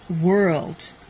world